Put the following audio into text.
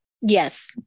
Yes